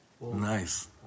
Nice